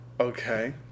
okay